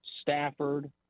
Stafford